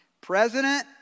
President